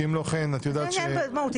שאם לא כן את יודעת --- אם אין עניין מהותי,